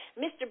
Mr